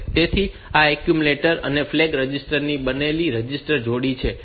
તેથી આ એક્યુમ્યુલેટર અને ફ્લેગ રજીસ્ટર ની બનેલી રજીસ્ટર જોડી છે